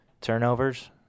turnovers